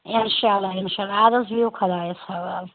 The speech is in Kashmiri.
اِنشاء اللہ اِنشاء اللہ اَدٕ حظ بِہِو خۄدایَس حوالہٕ